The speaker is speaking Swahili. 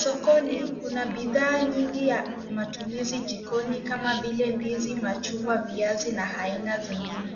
Sokoni kuna bidhaa nyingi ya matumizi jikoni kama ndizi, machungwa, viazi na aina zingine.